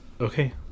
Okay